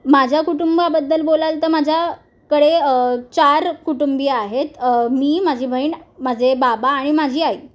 माझ्या कुटुंबाबद्दल बोलाल तर माझ्याकडे चार कुटुंबीय आहेत मी माझी बहीण माझे बाबा आणि माझी आई